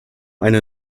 eine